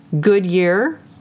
Goodyear